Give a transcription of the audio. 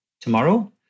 tomorrow